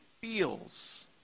feels